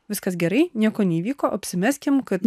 viskas gerai nieko neįvyko apsimeskim kad